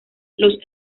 los